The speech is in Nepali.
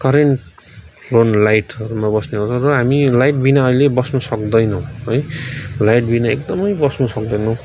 करेन्ट फ्लोन लाइट्स्हरूमा बस्ने गर्छौँ र हामी लाइटबिना अहिले बस्नु सक्दैनौँ है लाइटबिना एकदमै बस्नु सक्दैनौँ